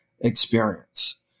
experience